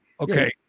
Okay